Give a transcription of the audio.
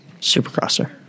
Supercrosser